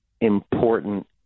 important